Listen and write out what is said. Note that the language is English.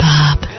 Bob